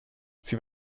sie